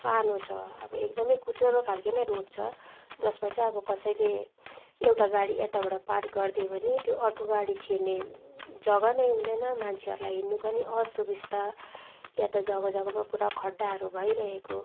सानो छ अब एकदम कुचुरो खाले नै रोड छ जसमा चाहिँ अब कसैले एउटा गाडी यताबाट पार गरिदियो भने त्यो अर्को गाडी छिर्ने जगा नै हुँदैन मान्छेहरूलाई हिँड्नु पनि असुबिस्ता यहाँ त जगा जगामा पुरा गड्डाहरू भइरहेको